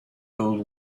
old